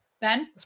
Ben